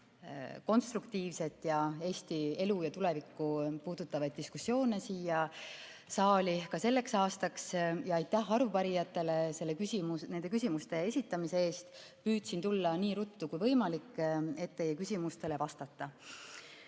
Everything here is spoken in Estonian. väga konstruktiivseid Eesti elu ja tulevikku puudutavaid diskussioone siia saali ka selleks aastaks! Ja aitäh arupärijatele nende küsimuste esitamise eest! Püüdsin tulla nii ruttu kui võimalik, et teie küsimustele vastata,